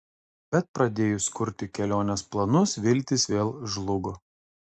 bet pradėjus kurti kelionės planus viltys vėl žlugo